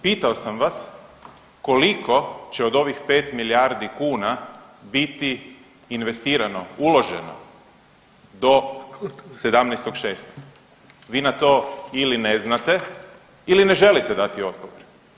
Pitao sam vas koliko će od ovih 5 milijardi kuna biti investirano, uloženo do 17.6., vi na to ili ne znate ili ne želite dati odgovor.